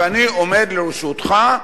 ואני עומד לרשותך,